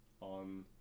on